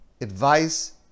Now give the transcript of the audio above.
advice